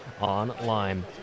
online